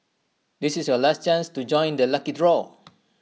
this is your last chance to join the lucky draw